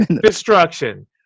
destruction